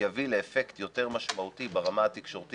יביא לאפקט יותר משמעותי ברמה התקשורתית